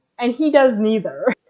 and he does neither.